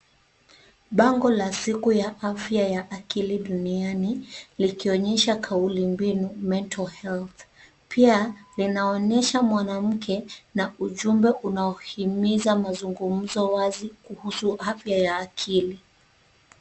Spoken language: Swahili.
Bango la siku ya afya ya akili duniani, likionyesha kauli mbinu, Mental health . Pia, linaonyesha mwanamke na ujumbe unaohimiza mazungumzo wazi kuhusu afya ya akili.